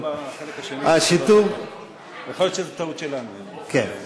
יכול להיות שזה טעות שלנו, באמת.